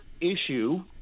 issue